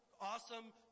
Awesome